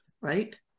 right